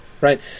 right